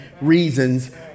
reasons